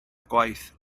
gwaith